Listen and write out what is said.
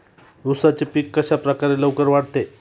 उसाचे पीक कशाप्रकारे लवकर वाढते?